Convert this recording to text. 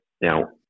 Now